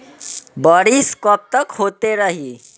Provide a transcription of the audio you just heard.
बरिस कबतक होते रही?